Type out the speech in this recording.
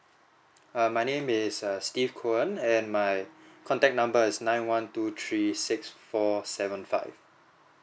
err my name is err steve cowen and my contact number is nine one two three six four seven five